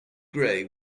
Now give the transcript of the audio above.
grey